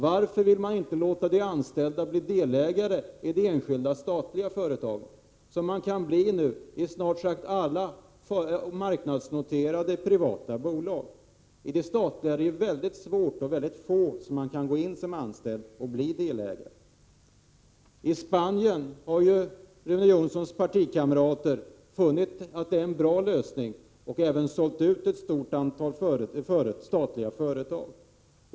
Varför vill man inte låta de anställda bli delägare i de enskilda statliga företagen, som man nu kan bli i snart sagt alla marknadsnoterade privata bolag? Det är mycket få av de statliga bolagen som man som anställd kan gå in i och bli delägare i. I Spanien har Rune Jonssons partikamrater funnit att det är en bra lösning och även sålt ut ett stort antal statliga företag.